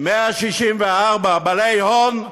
164 בעלי הון,